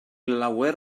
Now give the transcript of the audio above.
lawer